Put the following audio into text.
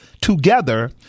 together